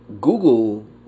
google